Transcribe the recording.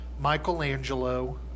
Michelangelo